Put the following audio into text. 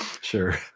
Sure